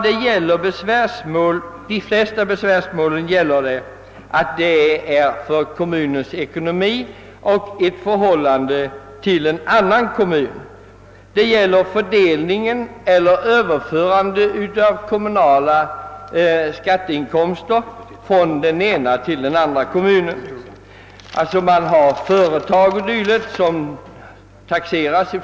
De flesta besvärsmålen gäller en kommuns ekonomiska förhållande till en annan kommun, frågan om fördelning eller överförande av kommunal inkomstskatt från den ena kommunen till den andra.